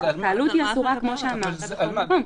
התקהלות היא אסורה כמו שאמרת בכל מקום,